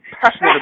passionate